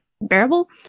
bearable